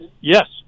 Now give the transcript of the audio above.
Yes